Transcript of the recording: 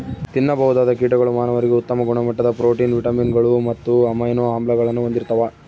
ತಿನ್ನಬಹುದಾದ ಕೀಟಗಳು ಮಾನವರಿಗೆ ಉತ್ತಮ ಗುಣಮಟ್ಟದ ಪ್ರೋಟೀನ್, ವಿಟಮಿನ್ಗಳು ಮತ್ತು ಅಮೈನೋ ಆಮ್ಲಗಳನ್ನು ಹೊಂದಿರ್ತವ